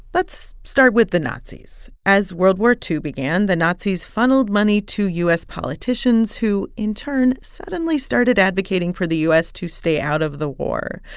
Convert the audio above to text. let's start with the nazis. as world war ii began, the nazis funneled money to u s. politicians, who, in turn, suddenly started advocating for the u s. to stay out of the war.